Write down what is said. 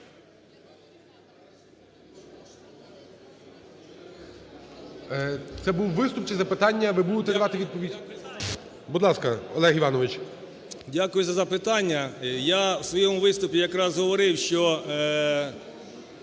Це був виступ чи запитання? Ви будете давати відповідь? Будь ласка, Олег Іванович. 13:39:14 КУЛІНІЧ О.І. Дякую за запитання. Я в своєму виступі якраз говорив, що